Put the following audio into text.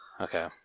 Okay